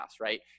right